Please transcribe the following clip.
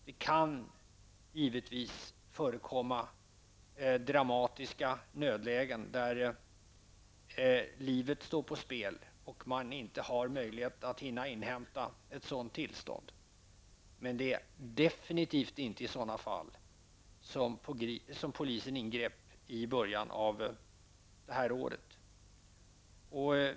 Det kan givetvis förekomma dramatiska nödlägen, då liv står på spel och man inte har möjlighet att hinna inhämta ett sådant tillstånd. Men det var definitivt inte i sådana fall som polisen ingrep i början av det här året.